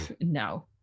No